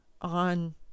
on